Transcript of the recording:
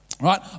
right